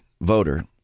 voter